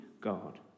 God